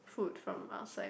food from outside